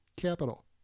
Capital